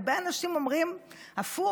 הרבה אנשים אומרים הפוך,